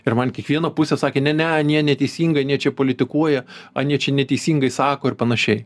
ir man kiekviena pusė sakė ne ne anie neteisingai anie čia politikuoja anie čia neteisingai sako ir panašiai